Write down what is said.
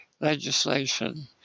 legislation